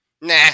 nah